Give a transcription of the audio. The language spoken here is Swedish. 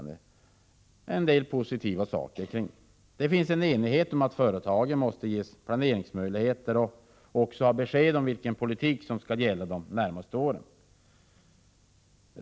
Det finns enighet om att företagen måste ges planeringsmöjligheter och även få besked om vilken politik som skall gälla de närmaste åren.